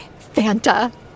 fanta